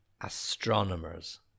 astronomers